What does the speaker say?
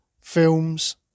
films